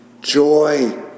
joy